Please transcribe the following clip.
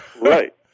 Right